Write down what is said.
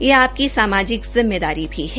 यह आपकी सामाजिक जिम्मेदार्री भी है